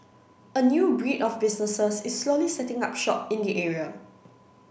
a new breed of businesses is slowly setting up shop in the area